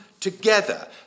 together